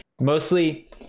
Mostly